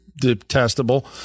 detestable